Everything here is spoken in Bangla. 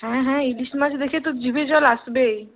হ্যাঁ হ্যাঁ ইলিশ মাছ দেখে তো জিভে জল আসবেই